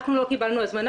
אנחנו לא קיבלנו הזמנה.